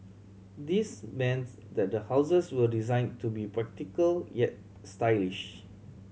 this that the houses were design to be practical yet stylish